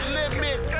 limit